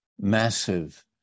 massive